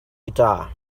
guitar